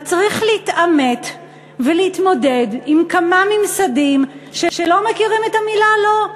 מצריך להתעמת ולהתמודד עם כמה ממסדים שלא מכירים את המילה "לא",